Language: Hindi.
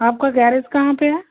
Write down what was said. आपका गैरेज कहाँ पर है